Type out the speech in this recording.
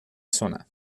zona